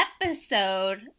episode